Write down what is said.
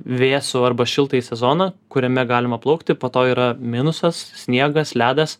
vėsų arba šiltąjį sezoną kuriame galima plaukti po to yra minusas sniegas ledas